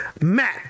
Matt